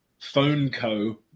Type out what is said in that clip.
PhoneCo